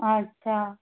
अच्छा